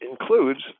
includes